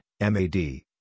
MAD